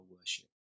worship